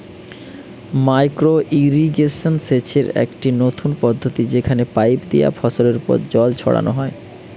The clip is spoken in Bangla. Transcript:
মাইক্রো ইর্রিগেশন সেচের একটি নতুন পদ্ধতি যেখানে পাইপ দিয়া ফসলের ওপর জল ছড়ানো হয়